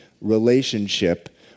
relationship